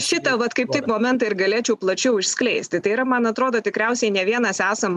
šitą vat kaip tik momentą ir galėčiau plačiau išskleisti tai yra man atrodo tikriausiai ne vienas esam